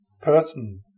person